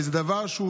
כי זה דבר טוב.